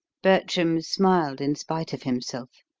bertram smiled in spite of himself.